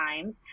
times